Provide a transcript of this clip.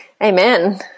Amen